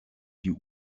die